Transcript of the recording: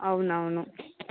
అవునవును